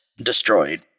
destroyed